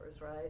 right